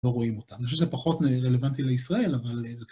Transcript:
לא רואים אותם. אני חושב שזה פחות רלוונטי לישראל, אבל זה...